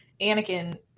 Anakin